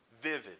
vivid